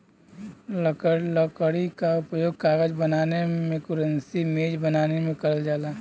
लकड़ी क उपयोग कागज बनावे मेंकुरसी मेज बनावे में करल जाला